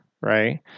right